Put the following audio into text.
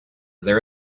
there